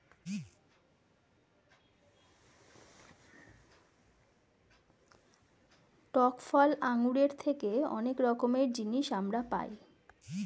টক ফল আঙ্গুরের থেকে অনেক রকমের জিনিস আমরা পাই